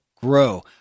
grow